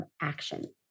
action